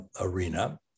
arena